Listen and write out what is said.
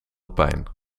pijn